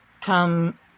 come